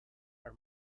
are